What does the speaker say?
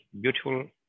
beautiful